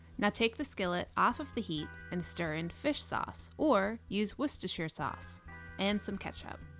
now take the skillet off of the heat and stir in fish sauce or use worcestershire sauce and some ketchup.